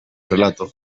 relato